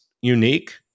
unique